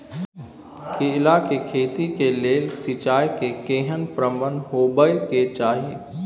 केला के खेती के लेल सिंचाई के केहेन प्रबंध होबय के चाही?